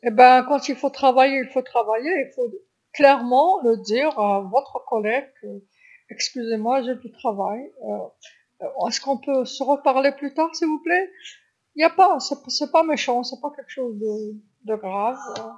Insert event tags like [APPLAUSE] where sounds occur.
حسنًا عندما يتعين عليك العمل، عليك أن تعمل، عليك أن تقول ذلك بوضوح زميلك [HESITATION] اعذرني لدي عمل [HESITATION] هل يمكننا التحدث مرة أخرى لاحقًا من فضلك؟ إنه ليس سيئًا، إنه ليس شيئًا خطيرًا.